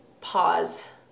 pause